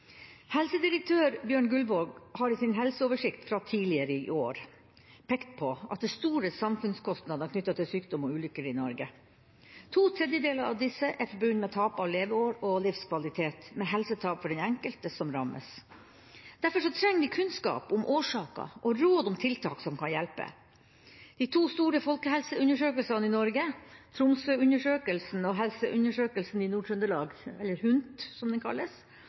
Helsedirektør Bjørn Guldvog har i sin helseoversikt fra tidligere i år pekt på at det er store samfunnskostnader knyttet til sykdom og ulykker i Norge. To tredjedeler av disse er forbundet med tap av leveår og livskvalitet, med helsetap for den enkelte som rammes. Derfor trenger vi kunnskap om årsaker og råd om tiltak som kan hjelpe. De to store folkehelseundersøkelsene i Norge, Tromsøundersøkelsen og Helseundersøkelsen i Nord-Trøndelag – eller HUNT, som den kalles